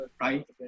right